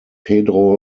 pedro